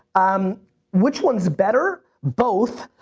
um which one's better? both,